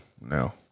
now